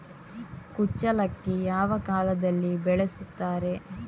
ಕುಚ್ಚಲಕ್ಕಿ ಯಾವ ಕಾಲದಲ್ಲಿ ಬೆಳೆಸುತ್ತಾರೆ?